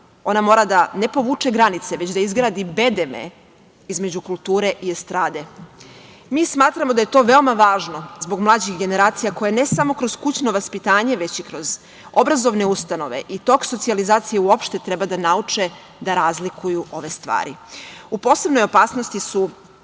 Ona mora ne da povuče granice, već da izgradi bedeme između kulture i estrade. Mi smatramo da je to veoma važno zbog mlađih generacija koje ne samo kroz kućno vaspitanje, već i kroz obrazovne ustanove i tok socijalizacije uopšte treba da nauče da razlikuju ove stvari. U posebnoj opasnosti su